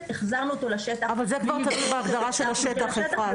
החזרנו אותו לשטח בלי לבדוק את הסטטוס של השטח,